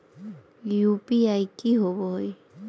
UPI की होवे हय?